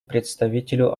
представителю